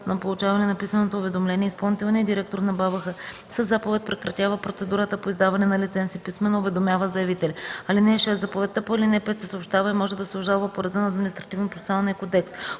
на получаване на писменото уведомление, изпълнителният директор на БАБХ със заповед прекратява процедурата по издаване на лиценз и писмено уведомява заявителя. (5) Заповедта по ал. 4 се съобщава и може да се обжалва по реда на Административнопроцесуалния кодекс.